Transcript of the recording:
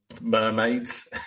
mermaids